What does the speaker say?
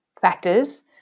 factors